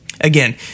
Again